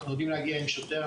אנחנו יודעים להגיע עם שוטר.